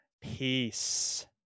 Peace